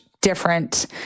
different